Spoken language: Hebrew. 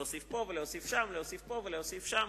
להוסיף פה ולהוסיף שם ולהוסיף פה ולהוסיף שם.